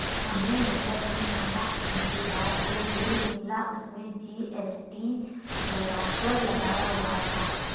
हमें होटल में खाना खाने के बाद जो बिल मिला उसमें जी.एस.टी बढ़ाकर लगाया हुआ था